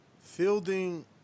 fielding